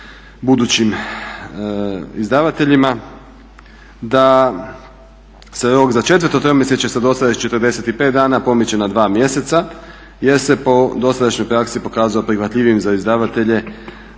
budućim izdavateljima, da se rok za 4. tromjesečje sa dosadašnjih 45 dana pomiče na 2 mjeseca jer se po dosadašnjoj praksi pokazao prihvatljivijim za izdavatelje